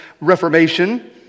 Reformation